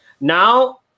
Now